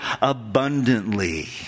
abundantly